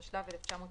התשל"ו-1975,